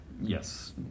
Yes